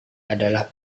adalah